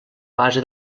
base